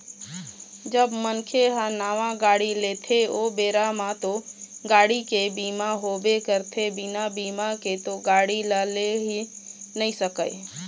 जब मनखे ह नावा गाड़ी लेथे ओ बेरा म तो गाड़ी के बीमा होबे करथे बिना बीमा के तो गाड़ी ल ले ही नइ सकय